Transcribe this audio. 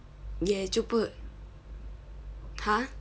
ya 就不 !huh!